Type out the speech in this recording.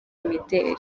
imideli